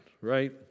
right